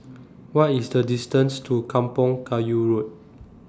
What IS The distance to Kampong Kayu Road